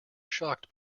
shocked